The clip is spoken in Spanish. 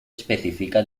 especifica